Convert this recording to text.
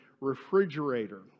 refrigerator